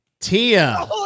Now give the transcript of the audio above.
Tia